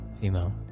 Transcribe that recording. female